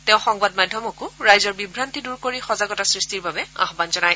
তেওঁ সংবাদ মাধ্যমকো ৰাইজৰ বিভান্তি দূৰ কৰি সজাগতা সৃষ্টিৰ বাবে আহুান জনায়